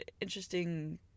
interesting